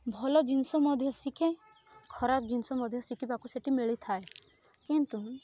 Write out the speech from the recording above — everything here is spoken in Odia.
ଭଲ ଜିନିଷ ମଧ୍ୟ ଶିଖେ ଖରାପ ଜିନିଷ ମଧ୍ୟ ଶିଖିବାକୁ ସେଇଠି ମିଳିଥାଏ କିନ୍ତୁ